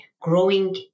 growing